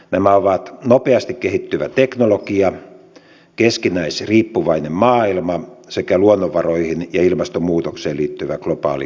nämä ovat nopeasti kehittyvä teknologia keskinäisriippuvainen maailma sekä luonnonvaroihin ja ilmastonmuutokseen liittyvä globaali kestävyyskriisi